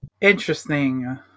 Interesting